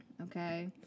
okay